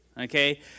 Okay